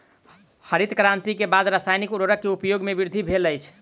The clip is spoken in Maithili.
हरित क्रांति के बाद रासायनिक उर्वरक के उपयोग में वृद्धि भेल अछि